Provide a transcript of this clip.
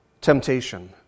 temptation